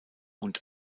und